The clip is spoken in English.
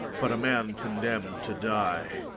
but a man condemn'd to die?